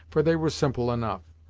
for they were simple enough,